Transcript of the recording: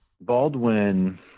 Baldwin